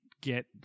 get